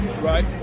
Right